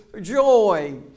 joy